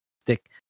stick